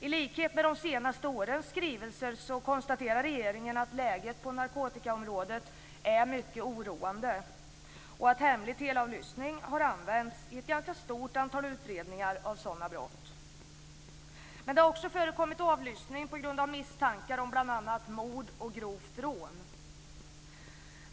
I likhet med de senaste årens skrivelser konstaterar regeringen att läget på narkotikaområdet är mycket oroande och att hemlig teleavlyssning har använts i ett ganska stort antal utredningar av sådana brott. Men det har också förekommit avlyssning på grund av misstankar om bl.a. mord och grova rån.